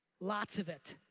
lots of it.